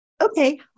Okay